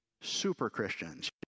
super-Christians